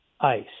ICE